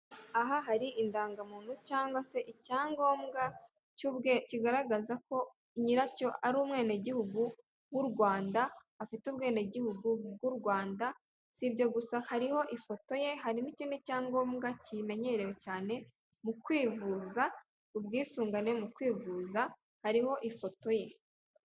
Aha hari indangamuntu cyangwa se icyangombwa kigaragaza ko nyiracyo ari umwenegihugu w'u Rwanda, afite ubwenegihugu bw'u Rwanda, si ibyo gusa hariho ifoto ye hari n'ikindi cyangombwa kimenyerewe cyane mu kwivuza, ubwisungane mu kwivuza, hariho ifoto ye.